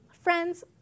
Friends